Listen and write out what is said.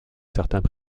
certains